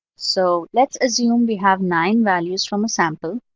so let's assume we have nine values from a sample.